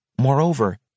Moreover